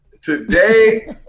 Today